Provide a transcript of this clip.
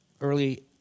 early